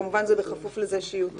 כמובן, בכפוף לזה שיהיו תקנות.